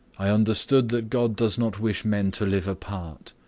i understood that god does not wish men to live apart,